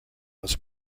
was